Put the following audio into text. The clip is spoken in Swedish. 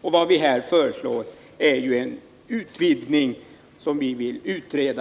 Vad vi här föreslår är en utvidgning, som vi vill utreda.